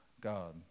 God